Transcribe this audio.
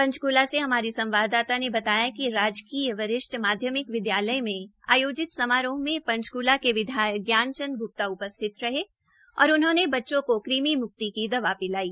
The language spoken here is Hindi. पंचकूला में हमारी संवाददाता ने बताया कि राजकीय वरिष्ठ माध्यमिक विद्यालय में आयोजित समारोह में पंचकूला के विधायक ज्ञानचंद ग्प्ता उपस्थित रहे और उन्होंने बच्चों को कुमि म्क्ति की दवा पिलाई